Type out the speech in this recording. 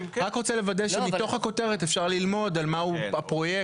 רק רוצה לוודא שמתוך הכותרת אפשר ללמוד על מה הוא הפרויקט.